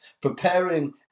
Preparing